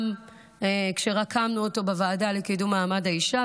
גם כשרקמנו אותו בוועדה לקידום מעמד האישה,